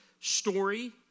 story